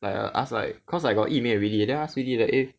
like err I ask like cause like I got yi ming already then ask me this like eh